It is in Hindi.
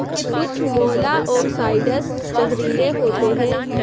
कुछ मोलॉक्साइड्स जहरीले होते हैं